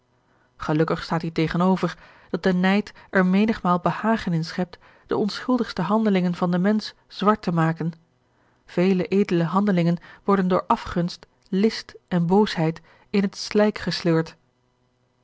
gelukkig staat hier tegenover dat de nijd er menigmaal behagen in schept de onschuldigste handelingen van den mensch zwart te maken vele edele handelingen worden door afgunst list en boosheid in liet slijk gesleurd